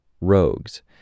rogues